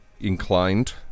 inclined